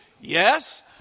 Yes